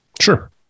Sure